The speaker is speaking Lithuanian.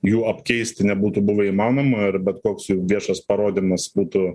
jų apkeisti nebūtų buvę įmanoma ir bet koks jų viešas parodymas būtų